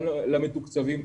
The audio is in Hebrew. גם למתוקצבים,